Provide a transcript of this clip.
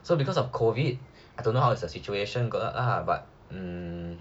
so because of COVID I don't know how is the situation going ah but um